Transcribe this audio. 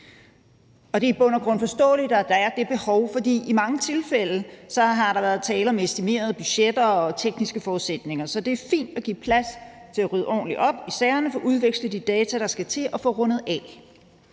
Det er i bund og grund forståeligt, at der er det behov, for i mange tilfælde har der været tale om estimerede budgetter og tekniske forudsætninger, så det er fint at give plads til at rydde ordentligt op i sagerne og få udvekslet de data, der skal til, og få rundet af.